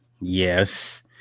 Yes